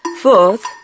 Fourth